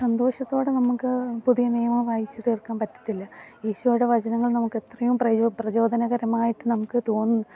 സന്തോഷത്തോടെ നമുക്ക് പുതിയ നിയമം വായിച്ച് തീർക്കാൻ പറ്റത്തില്ല ഈശോയുടെ വചനങ്ങൾ നമുക്കെത്രയും പ്ര പ്രചോദനകരമായിട്ട് നമുക്ക് തോന്നുന്നു